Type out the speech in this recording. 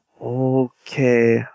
Okay